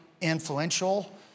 influential